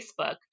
Facebook